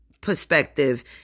perspective